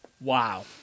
wow